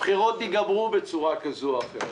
הבחירות ייגמרו בצורה כזו או אחרת.